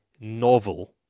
novel